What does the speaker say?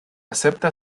acepta